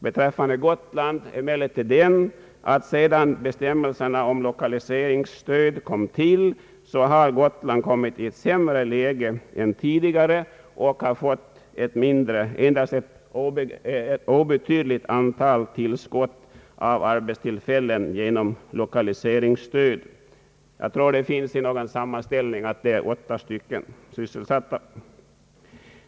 Beträffande Gotland är emellertid faktum det att sedan bestämmelserna om lokaliseringsstöd kom till har Gotland kommit i ett sämre läge än tidigare och har fått endast ett obetydligt tillskott av arbetstillfällen genom lokaliseringsstöd. Enligt någon sammanställning skulle det endast röra sig om åtta sysselsatta.